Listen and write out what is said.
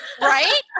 right